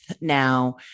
now